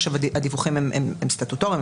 עכשיו הדיווחים הם סטטוטוריים,